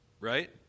right